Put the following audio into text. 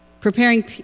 preparing